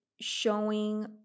showing